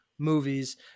Movies